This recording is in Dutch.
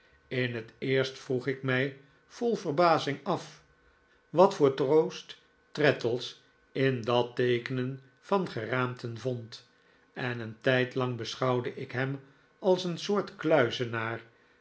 in het eerst vroeg ik mij vol verbazing af wat voor troost traddles in dat teekenen van geraamten vond en een tijdlang beschouwde ik hem als een soort kluizenaar